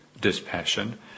dispassion